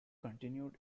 continued